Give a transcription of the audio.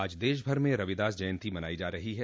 आज देश भर में रविदास जयंती मनाई जा रही है